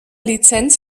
lizenz